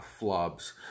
flubs